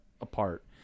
apart